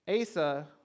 Asa